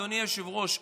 אדוני היושב-ראש,